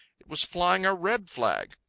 it was flying a red flag.